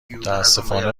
متاسفانه